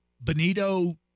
Benito